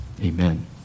Amen